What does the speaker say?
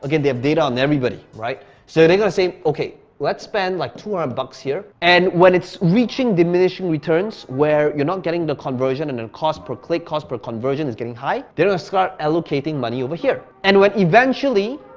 again, they have data on everybody, right? so they're gonna say, okay, let's spend like two hundred bucks here. and when it's reaching diminishing returns where you're not getting the conversion and and cost per click, cost per conversion is getting high, they're gonna start allocating money over here. and when eventually,